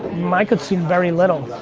i consume very little.